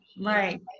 Right